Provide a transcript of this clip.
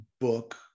book